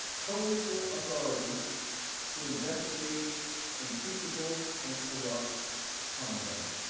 coequal authority to investigate impeachable and corrupt conduct.